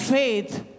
faith